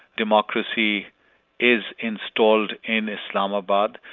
democracy is installed in islamabad,